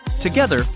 Together